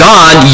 God